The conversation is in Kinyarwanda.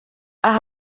aha